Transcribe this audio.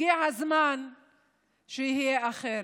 הגיע הזמן שיהיה אחרת.